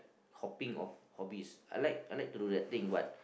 hopping of hobbies I like I like to do that thing but